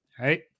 Right